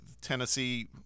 Tennessee